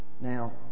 Now